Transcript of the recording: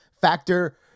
Factor